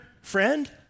friend